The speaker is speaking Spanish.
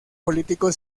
político